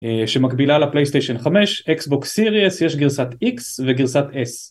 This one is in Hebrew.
שמקבילה לפלייסטיישן 5, xbox סיריס, יש גרסת X וגרסת S